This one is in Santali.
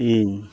ᱤᱧ